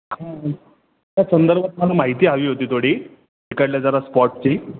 हं त्या संदर्भात मला माहिती हवी होती थोडी तिकडल्या जरा स्पॉटची